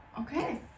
Okay